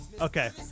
Okay